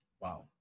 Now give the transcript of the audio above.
Wow